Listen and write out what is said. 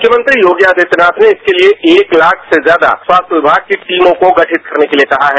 मुख्यमंत्री योगी आदित्यनाथ ने इसके लिए एक लाख से ज्यादा स्वास्थ्य विभाग के टीमों को गठित करने के लिए कहा है